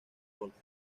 golfo